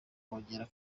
kongera